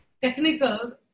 technical